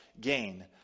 gain